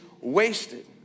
wasted